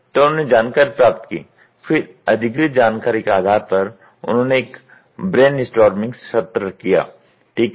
तो उन्होंने जानकारी प्राप्त की फिर अधिग्रहित जानकारी के आधार पर उन्होंने एक ब्रैनस्टोर्मिंग सत्र किया ठीक है